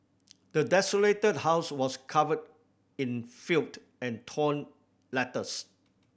the desolated house was covered in filed and torn letters